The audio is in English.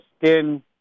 skin